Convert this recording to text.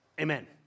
Amen